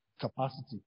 capacity